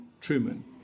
Truman